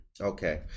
okay